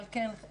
אבל כן,